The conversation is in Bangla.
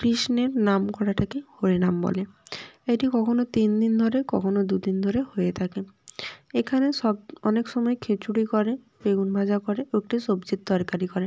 কৃষ্ণের নাম করাটাকে হরিনাম বলে এটি কখনো তিন দিন ধরে কখনো দু দিন ধরে হয়ে থাকে এখানে সব অনেক সমায় খিচুড়ি করে বেগুন ভাজা করে একটি সবজির তরকারি করে